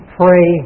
pray